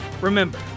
remember